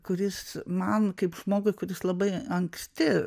kuris man kaip žmogui kuris labai anksti